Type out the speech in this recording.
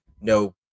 no